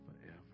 forever